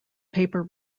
paper